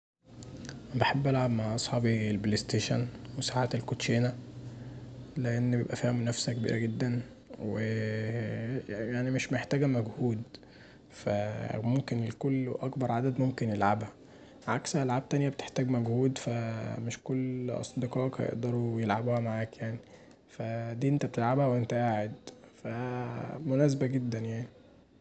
بحب ألعب مع صحابي البلايستيشن وساعات الكوتشينه لأن بيبقي فيها منافسه كبيره جدا، ومش محتاجه مجهود فممكن الكل واكبر عدد يلعبها عكس ألعاب تانيه بتحتاج مجهود فمش كل اصدقائك هيقدروا يلعبوها معاك، فدي بتلعبها وانت قاعد، فمناسبة جدا يعني.